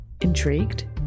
Intrigued